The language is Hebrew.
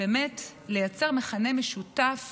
באמת לייצר מכנה משותף